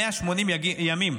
180 ימים.